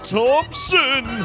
Thompson